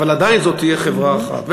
אבל עדיין זו תהיה חברה אחת.